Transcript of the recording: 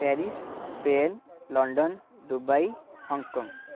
Paris Spain London Dubai Hong Kong